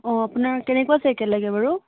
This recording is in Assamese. অ' আপোনাক কেনেকুৱা চাইকেল লাগে বাৰু